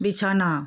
বিছানা